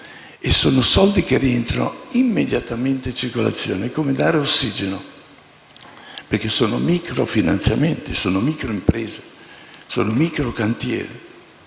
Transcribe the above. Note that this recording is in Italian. Sono soldi che rientrano immediatamente in circolazione: è come dare ossigeno, perché sono microfinanziamenti, microimprese, microcantieri.